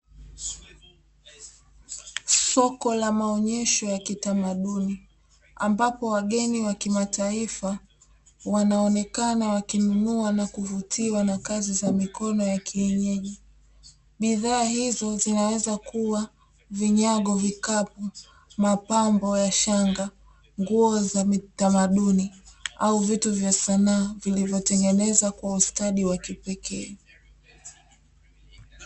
Soko la maonyesho ya kitamaduni ambapo wageni wa kimataifa wanaonekana wakinunua na kuvutiwa na kazi za mikono ya kisanaa, bidhaa hizo zinaweza kuwa vinyago vikapu mapambo ya shanga nguo za mitamaduni au vitu vya sanaa vilivyotengenezwa kwa ustadi wa kipekee.